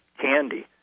candy